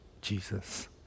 Jesus